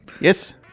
Yes